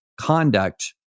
conduct